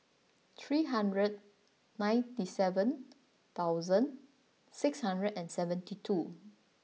three hundred ninety seven thousand six hundred and seventy two